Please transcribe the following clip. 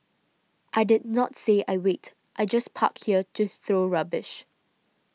I did not say I wait I just park here to throw rubbish